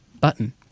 button